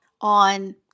on